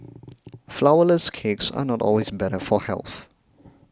Flourless Cakes are not always better for health